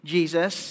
Jesus